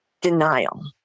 denial